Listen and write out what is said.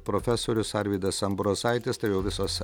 profesorius arvydas ambrozaitis tai jau visos